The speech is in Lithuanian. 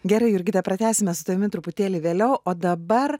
gerai jurgita pratęsime su tavimi truputėlį vėliau o dabar